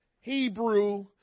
hebrew